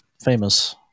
famous